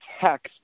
text